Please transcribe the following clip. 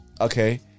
okay